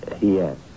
Yes